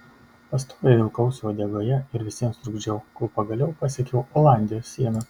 pastoviai vilkausi uodegoje ir visiems trukdžiau kol pagaliau pasiekiau olandijos sieną